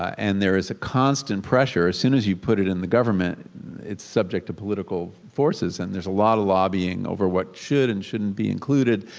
and there is a constant pressure as soon as you put it in the government it's subject to political forces. and there's a lot of lobbying over what should and shouldn't be included.